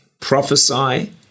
Prophesy